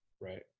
Right